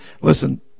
Listen